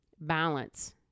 balance